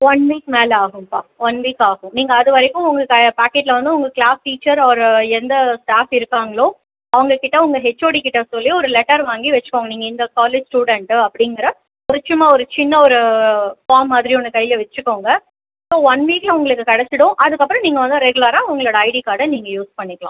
one week மேலே ஆகும்ப்பா one week ஆகும் நீங்கள் அது வரைக்கும் உங்கள் பாக்கெட்டில் வந்து உங்கள் க்ளாஸ் டீச்சர் ஆர் எந்த ஸ்டாஃப் இருக்காங்களோ அவங்ககிட்ட உங்கள் ஹெச்ஓடி கிட்ட சொல்லி ஒரு லெட்டர் வாங்கி வைச்சிக்கோங்க நீங்கள் இந்த காலேஜ் ஸ்டூடெண்ட்டு அப்படிங்கிற ஒரு சும்மா ஒரு சின்ன ஒரு ஃபார்ம் மாதிரி ஒன்று கையில் வைச்சிக்கோங்க ஸோ ஒன் வீக்கில் உங்களுக்கு கிடச்சிடும் அதுக்கப்புறம் நீங்கள் வந்து ரெகுலராக உங்களோடய ஐடி கார்டை நீங்கள் யூஸ் பண்ணிக்கலாம்